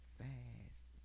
fast